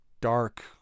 dark